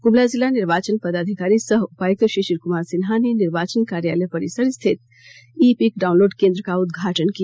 गुमला जिला निर्वाचन पदाधिकारी सह उपायुक्त शिशिर कुमार सिन्हा ने निर्वाचन कार्यालय परिसर में स्थित ई इपिक डाउनलोड केंद्र का उद्घाटन किया